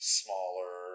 smaller